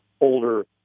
older